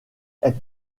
elles